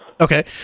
Okay